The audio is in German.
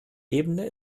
ebene